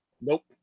Nope